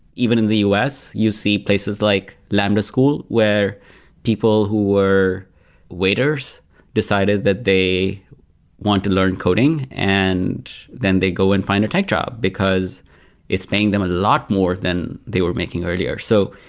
even in the us, you see places like lambda school, where people who were waiters decided that they want to learn coding. and then they go and find a tech job, because it's paying them a lot more than they were making earlier. so